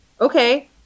okay